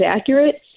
accurate